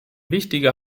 wichtiger